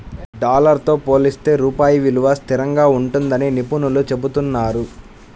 dollar తో పోలిస్తే రూపాయి విలువ స్థిరంగా ఉంటుందని నిపుణులు చెబుతున్నారు